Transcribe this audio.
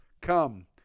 Come